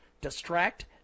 distract